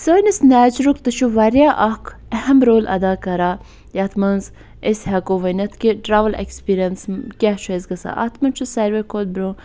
سٲنِس نیچرُک تہِ چھُ واریاہ اکھ اہم رول اَدا کَران یتھ مَنٛز أسۍ ہیٚکو ؤنِتھ کہِ ٹرٛاوٕل ایٚکسپیٖریَنس کیٛاہ چھُ اَسہِ گَژھان اَتھ مَنٛز چھُ سارِوٕے کھۄتہٕ برٛونٛہہ